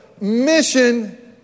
Mission